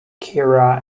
kira